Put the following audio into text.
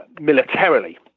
militarily